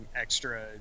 extra